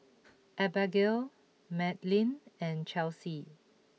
Abagail Madlyn and Chelsey